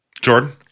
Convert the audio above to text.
Jordan